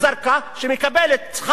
עובדת שמקבלת שכר מינימום,